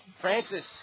Francis